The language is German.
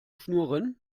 schnurren